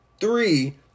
three